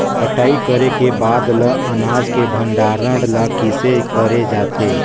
कटाई करे के बाद ल अनाज के भंडारण किसे करे जाथे?